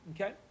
Okay